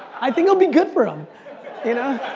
i think it'd be good for him. you know